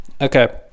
Okay